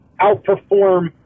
outperform